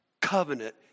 covenant